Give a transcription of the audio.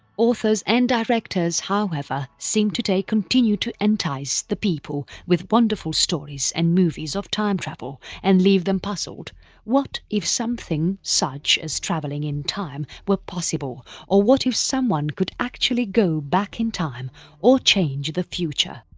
authors and directors however seem to take continue to entice the people with wonderful stories and movies of time travel and leave them puzzled what if something such as travelling in time were possible or what if someone could actually go back in time or change the future?